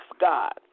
God